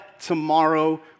tomorrow